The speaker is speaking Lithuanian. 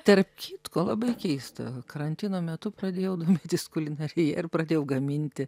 tarp kitko labai keista karantino metu pradėjau domėtis kulinarija ir pradėjau gaminti